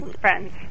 friends